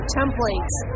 templates